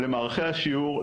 למערכי השיעור,